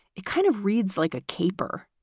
it kind of reads like a caper,